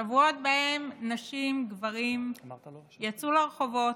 שבועות שבהם נשים וגברים יצאו לרחובות,